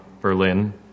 Berlin